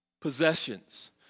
possessions